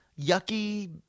yucky